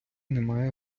нема